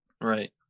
Right